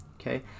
Okay